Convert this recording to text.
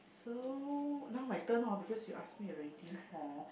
so now my turn hor because you ask me already hor